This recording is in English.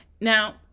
Now